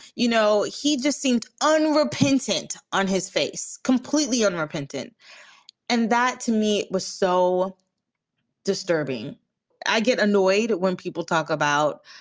you know, he just seemed unrepentant on his face, completely unrepentant and that, to me was so disturbing i get annoyed when people talk about,